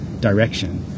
direction